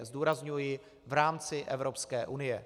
Zdůrazňuji v rámci Evropské unie.